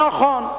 נכון.